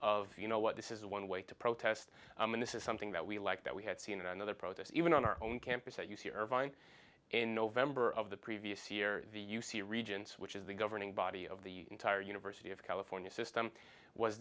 of you know what this is one way to protest and this is something that we like that we had seen another protest even on our own campus at u c irvine in november of the previous year the u c regents which is the governing body of the entire university of california system was